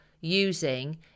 using